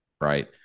right